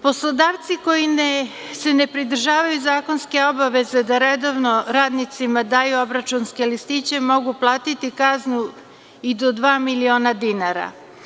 Poslodavci koji se ne pridržavaju zakonske obaveze da redovno radnicima daju obračunske listiće mogu platiti kaznu i do dva miliona dinara.